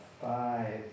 five